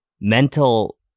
mental